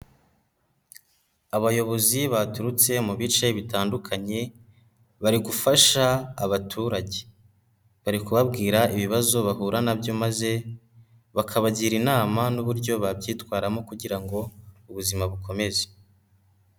Abayobozi baturutse mu bice bitandukanye bari gufasha abaturage, bari kubabwira ibibazo bahura na byo maze bakabagira inama n'uburyo babyitwaramo kugira ngo ubuzima bukomeze.